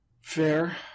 Fair